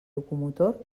locomotor